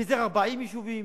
פיזר 40 יישובים,